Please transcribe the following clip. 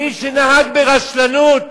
מי שנהג ברשלנות